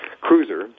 cruiser